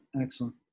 excellent